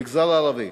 המגזר הערבי,